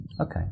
Okay